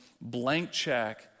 blank-check